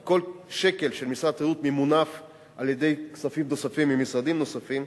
כי כל שקל של משרד התיירות ממונף על-ידי כספים נוספים ממשרדים נוספים,